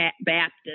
Baptist